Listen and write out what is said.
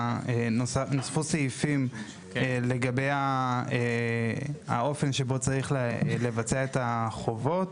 נוספו סעיפים לגבי האופן שבו צריך לבצע את החובות.